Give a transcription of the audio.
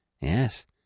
Yes